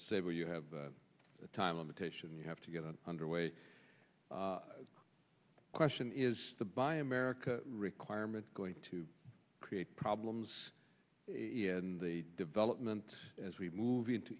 saver you have the time limitation you have to get on underway the question is the buy america requirement going to create problems in the development as we move into